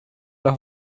las